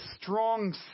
strong